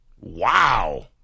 Wow